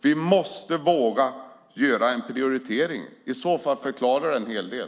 Vi måste våga göra en prioritering. I så fall förklarar det en hel del.